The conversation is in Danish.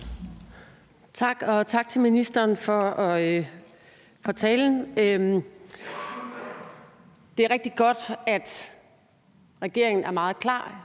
Tak, og tak til ministeren for talen. Det er rigtig godt, at regeringen er meget klar